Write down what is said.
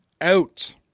out